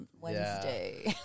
Wednesday